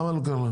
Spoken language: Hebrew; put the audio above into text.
למה?